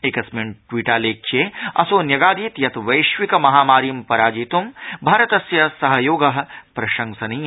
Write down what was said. एकस्मिन् ट्वीटालेख्ये असौ न्यगादीत् यत् वैश्विक महामारीं पराजितूं भारतस्य सहयोग प्रशंसनीय